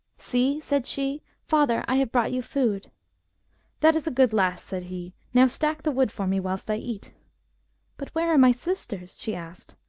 see said she, father, i have brought you food that is a good lass said he. now stack the wood for me whilst i eat but where are my sisters? she asked.